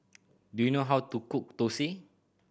do you know how to cook thosai